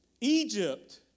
Egypt